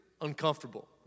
uncomfortable